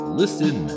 listen